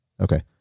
Okay